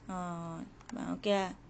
oh o~ okay lah